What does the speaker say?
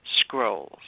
scrolls